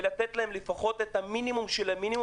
ולתת להם לפחות את המינימום של המינימום